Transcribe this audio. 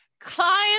client